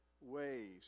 ways